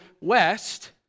west